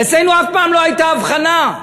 אצלנו אף פעם לא הייתה הבחנה.